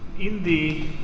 in the